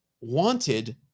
wanted